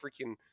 freaking